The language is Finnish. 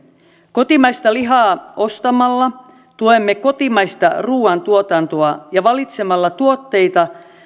kotimaista lihaa ostamalla tuemme kotimaista ruuantuotantoa ja valitsemalla tuotteita